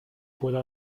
puedo